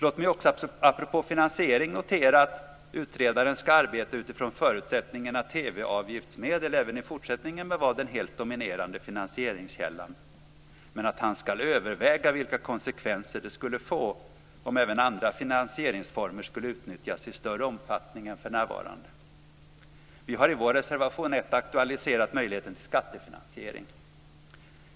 Låt mig också apropå finansiering notera att utredaren ska arbeta utifrån förutsättningen att TV avgiftsmedel även i fortsättningen bör vara den helt dominerande finansieringskällan, men att han ska överväga vilka konsekvenser det skulle få om även andra finansieringsformer skulle utnyttjas i större omfattning än för närvarande. Vi har i vår reservation 1 aktualiserat möjligheten till skattefinansiering.